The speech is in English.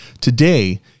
Today